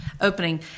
opening